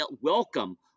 welcome